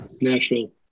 Nashville